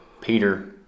Peter